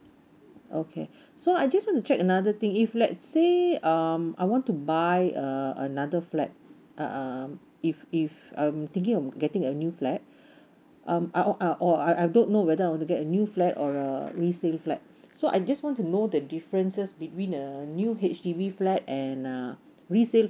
okay so I just want to check another thing if let's say um I want to buy uh another flat uh if if I'm thinking of getting a new flat um I I or I don't know whether I want to get a new flat or a resale flat so I just want to know the differences between a new H_D_B flat and uh resale